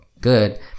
good